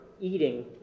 eating